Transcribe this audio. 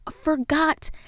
forgot